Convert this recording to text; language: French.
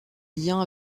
liens